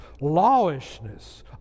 Lawishness